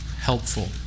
helpful